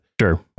sure